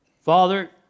Father